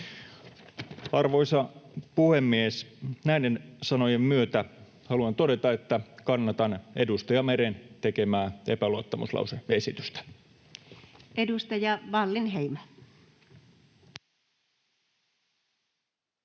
Arvoisa puhemies! Näiden sanojen myötä haluan todeta, että kannatan edustaja Meren tekemää epäluottamuslause-esitystä. [Speech